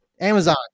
Amazon